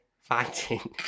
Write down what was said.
fighting